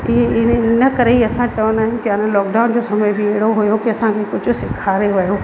कि इहे न करे ई असां चवंदा आहियूं कि आ न लॉकडाउन जो समय बि हेड़ो हुयो कि असांखे कुझु सेखारे वियो